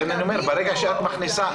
לכן אני אומר: ברגע שאת מכניסה,